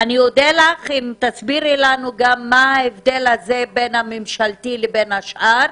אני אודה לך אם תסבירי לנו מה ההבדל בין הממשלתי לבין השאר.